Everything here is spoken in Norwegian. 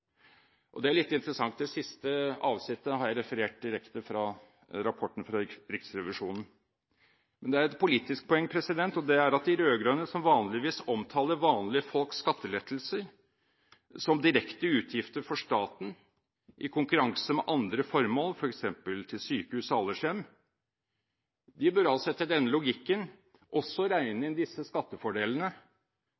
kostnadene. Dette er litt interessant – det siste avsnittet har jeg referert direkte fra Riksrevisjonens rapport. Det er et politisk poeng, og det er at de rød-grønne, som vanligvis omtaler vanlige folks skattelettelser som direkte utgifter for staten – i konkurranse med andre formål, f.eks. sykehus og aldershjem – etter denne logikken også